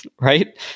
right